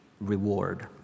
reward